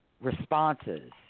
responses